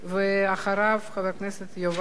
אחריו, חבר הכנסת יובל צלנר.